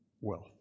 wealth